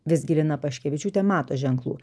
visgi lina paškevičiūtė mato ženklų